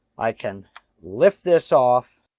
i can lift this off.